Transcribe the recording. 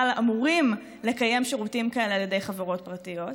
אמורים לקיים שירותים כאלה על ידי חברות פרטיות.